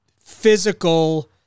physical